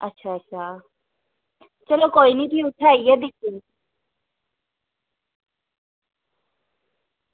अच्छा अच्छा चलो कोई निं फ्ही उत्थें आइयै दिक्खने आं